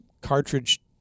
cartridge